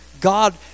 God